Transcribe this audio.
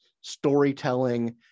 storytelling